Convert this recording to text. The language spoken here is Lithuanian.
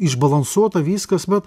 išbalansuota viskas bet